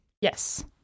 Yes